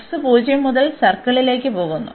x 0 മുതൽ സർക്കിളിലേക്ക് പോകുന്നു